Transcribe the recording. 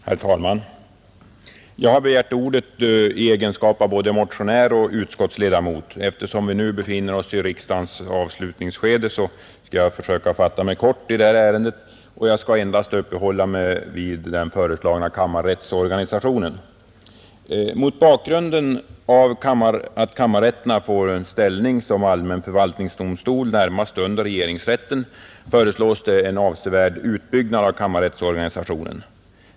Herr talman! Jag har begärt ordet i egenskap av både motionär och utskottsledamot. Eftersom vi nu befinner oss i riksdagens slutskede avser jag att fatta mig kort och endast uppehålla mig vid den föreslagna kammarrättsorganisationen. Mot bakgrunden av att kammarrätterna får en ställning som allmänna förvaltningsdomstolar närmast under regeringsrätten föreslås en avsevärd utbyggnad av kammarrättsorganisationen.